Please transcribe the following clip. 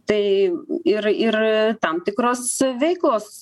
tai ir ir tam tikros veiklos